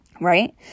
Right